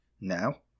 now